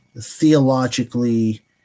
theologically